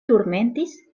turmentis